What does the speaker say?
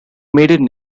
maiden